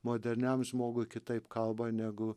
moderniam žmogui kitaip kalba negu